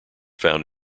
found